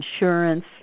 insurance